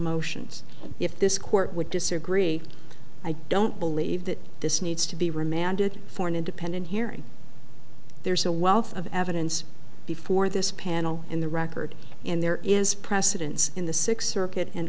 motion if this court would disagree i don't believe that this needs to be remanded for an independent hearing there's a wealth of evidence before this panel in the record and there is precedence in the sixth circuit and